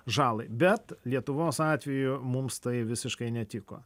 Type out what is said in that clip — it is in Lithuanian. žalai bet lietuvos atveju mums tai visiškai netiko